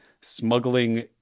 smuggling